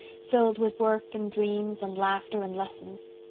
filled with work and dreams and laughter and lessons.